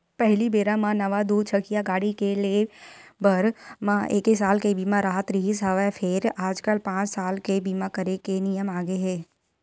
पहिली बेरा म नवा दू चकिया गाड़ी के ले बर म एके साल के बीमा राहत रिहिस हवय फेर आजकल पाँच साल के बीमा करे के नियम आगे हे